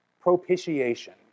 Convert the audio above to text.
propitiation